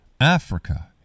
Africa